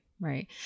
Right